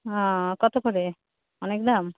ও কত করে অনেক দাম